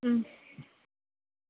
ம்